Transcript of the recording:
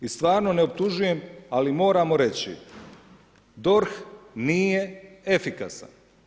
I stvarno ne optužujem, ali moramo reći, DORH nije efikasan.